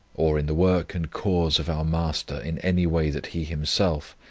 or in the work and cause of our master in any way that he himself,